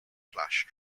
flash